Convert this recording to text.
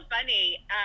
funny